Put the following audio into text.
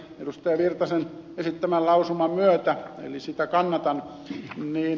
erkki virtasen esittämän lausuman myötä eli sitä kannatan ed